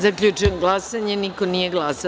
Zaključujem glasanje – niko nije glasao.